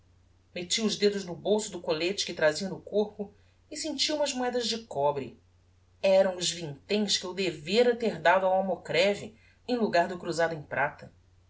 metti os dedos no bolso do collete que trazia no corpo e senti umas moedas de cobre eram os vintens que eu devera ter dado ao almocreve em logar do cruzado em prata